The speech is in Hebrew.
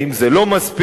האם זה לא מספיק,